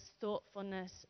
thoughtfulness